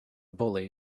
bully